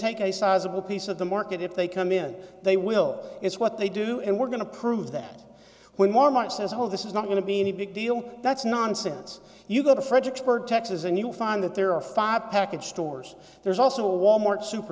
take a sizable piece of the market if they come in they will it's what they do and we're going to prove that with more much as a whole this is not going to be any big deal that's nonsense you go to fredericksburg texas and you'll find that there are five package stores there's also a wal mart super